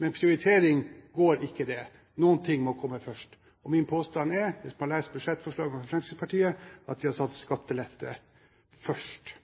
Men med prioritering går ikke det; noen ting må komme først. Min påstand er, hvis man leser budsjettforslaget fra Fremskrittspartiet, at de har satt skattelette først.